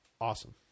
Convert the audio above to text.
Awesome